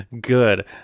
Good